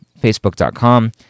Facebook.com